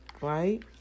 Right